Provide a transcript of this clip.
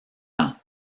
ans